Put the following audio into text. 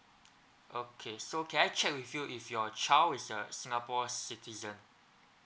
okay so can I check with you if your child is a singapore citizen